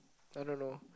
I don't know